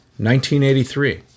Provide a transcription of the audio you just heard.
1983